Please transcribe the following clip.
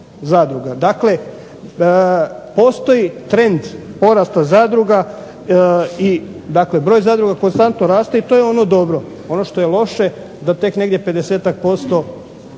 Dakle, postoji trend porasta zadruga i dakle broj zadruga konstantno raste i to je ono dobro. Ono što je loše, da tek negdje 50-tak posto